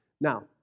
Now